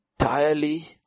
entirely